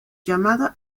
llamada